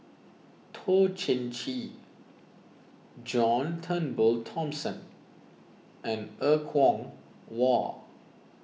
Toh Chin Chye John Turnbull Thomson and Er Kwong Wah